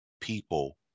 people